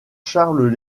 charles